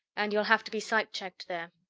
and you'll have to be psych-checked there.